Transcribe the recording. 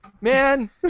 Man